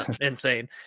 insane